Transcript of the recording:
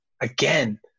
again